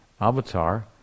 avatar